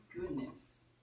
goodness